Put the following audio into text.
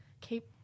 Keep